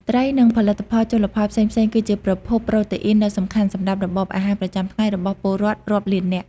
ត្រី និងផលិតផលជលផលផ្សេងៗ គឺជាប្រភពប្រូតេអ៊ីនដ៏សំខាន់សម្រាប់របបអាហារប្រចាំថ្ងៃរបស់ពលរដ្ឋរាប់លាននាក់។